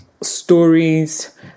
stories